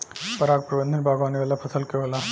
पराग प्रबंधन बागवानी वाला फसल के होला